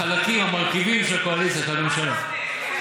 החלקים, המרכיבים של הקואליציה, של הממשלה.